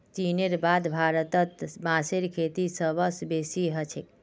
चीनेर बाद भारतत बांसेर खेती सबस बेसी ह छेक